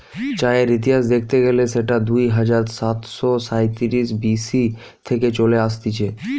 চায়ের ইতিহাস দেখতে গেলে সেটা দুই হাজার সাতশ সাইতিরিশ বি.সি থেকে চলে আসতিছে